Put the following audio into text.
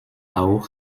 auch